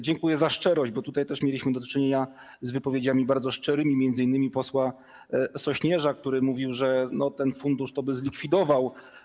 Dziękuję za szczerość, bo tutaj też mieliśmy do czynienia z wypowiedziami bardzo szczerymi, m.in. posła Sośnierza, który mówił, że ten fundusz by zlikwidował.